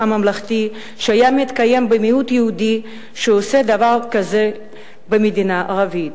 הממלכתי שהיה מתקיים במיעוט יהודי שעושה דבר כזה במדינה ערבית.